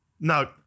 No